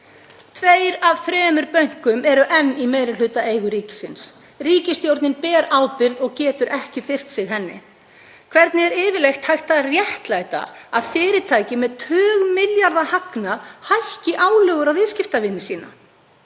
Tveir af þremur bönkum eru enn í meirihlutaeigu ríkisins. Ríkisstjórnin ber ábyrgð og getur ekki firrt sig henni. Hvernig er yfirleitt hægt að réttlæta að fyrirtæki með tugmilljarða hagnað hækki álögur á viðskiptavini sína?